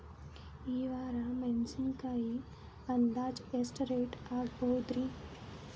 ಈ ವಾರ ಮೆಣಸಿನಕಾಯಿ ಅಂದಾಜ್ ಎಷ್ಟ ರೇಟ್ ಆಗಬಹುದ್ರೇ?